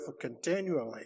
continually